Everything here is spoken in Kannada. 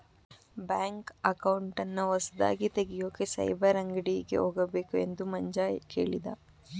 ಬ್ಯಾಂಕ್ ಅಕೌಂಟನ್ನ ಹೊಸದಾಗಿ ತೆಗೆಯೋಕೆ ಸೈಬರ್ ಅಂಗಡಿಗೆ ಹೋಗಬೇಕು ಎಂದು ಮಂಜ ಕೇಳಿದ